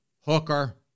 hooker